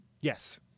Yes